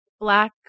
Black